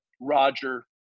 Roger